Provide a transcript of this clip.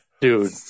Dude